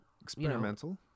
experimental